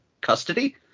Custody